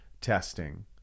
testing